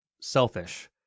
selfish